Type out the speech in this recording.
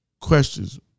questions